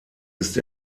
ist